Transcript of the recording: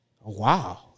Wow